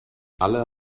alle